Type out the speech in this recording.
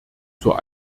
zur